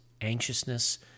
anxiousness